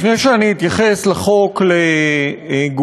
לפני שאני אתייחס לחוק לגופו,